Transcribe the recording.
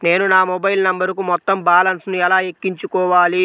నేను నా మొబైల్ నంబరుకు మొత్తం బాలన్స్ ను ఎలా ఎక్కించుకోవాలి?